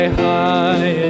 high